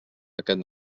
aquest